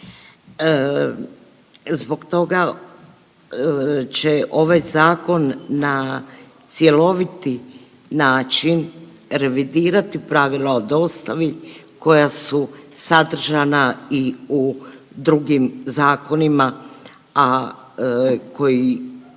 Zbog toga će ovaj zakon na cjeloviti način revidirati pravila o dostavi koja su sadržana i u drugim zakonima, a koji